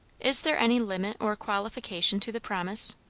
is there any limit or qualification to the promise?